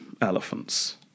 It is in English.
elephants